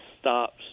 stops